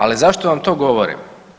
Ali zašto vam to govorim?